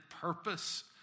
purpose